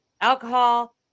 alcohol